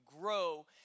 grow